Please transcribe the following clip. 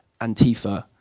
Antifa